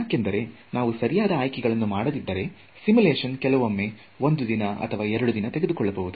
ಯಾಕೆಂದರೆ ನಾವು ಸರಿಯಾದ ಆಯ್ಕೆಗಳನ್ನು ಮಾಡದಿದ್ದರೆ ಸಿಮ್ಯುಲೇಷನ್ ಕೆಲವೊಮ್ಮೆ ಒಂದು ದಿನ ಅಥವಾ ಎರಡು ದಿನ ತೆಗೆದುಕೊಳ್ಳಬಹುದು